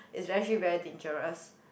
is actually very dangerous